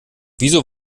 wieso